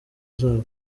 zabo